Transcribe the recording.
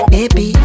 Baby